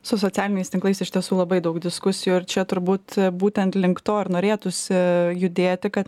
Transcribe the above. su socialiniais tinklais iš tiesų labai daug diskusijų ir čia turbūt būtent link to ir norėtųsi judėti kad